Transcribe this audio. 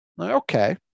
Okay